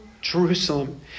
Jerusalem